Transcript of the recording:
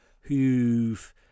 who've